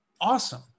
Awesome